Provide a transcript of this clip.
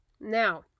now